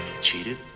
cheated